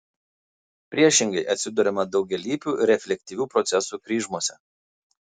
priešingai atsiduriama daugialypių reflektyvių procesų kryžmose